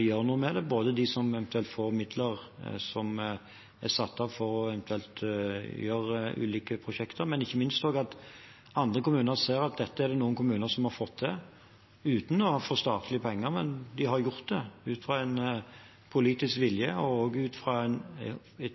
gjør noe med det, både de som får midler som er satt av til eventuelle ulike prosjekter, og – ikke minst – også andre kommuner som ser at dette er det noen kommuner som har fått til uten å ha fått statlige penger. De har gjort det ut fra en politisk vilje og